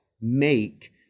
make